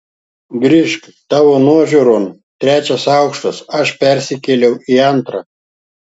grįžk tavo nuožiūron trečiasis aukštas aš persikėliau į antrą